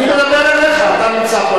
אני מדבר אליך, אתה נמצא פה.